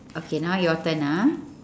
okay now your turn ah